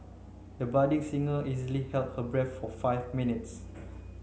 the budding singer easily held her breath for five minutes